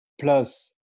plus